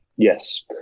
Yes